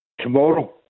Tomorrow